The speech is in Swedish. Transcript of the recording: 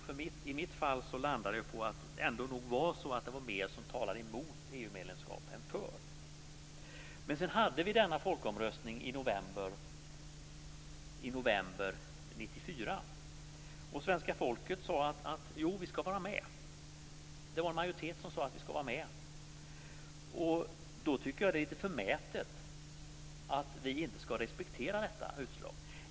För min del landade jag på att det nog var mer som talade emot EU Sedan hade vi denna folkomröstning i november 1994, och en majoritet av svenska folket sade att vi skall vara med. Då tycker jag att det är förmätet att inte respektera detta utslag.